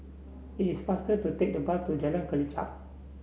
it is faster to take the bus to Jalan Kelichap